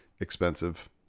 expensive